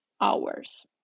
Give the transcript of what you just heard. hours